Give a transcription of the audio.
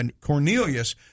Cornelius